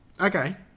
Okay